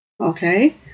Okay